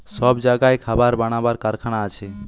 সব জাগায় খাবার বানাবার কারখানা আছে